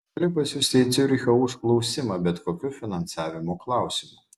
gali pasiųsti į ciurichą užklausimą bet kokiu finansavimo klausimu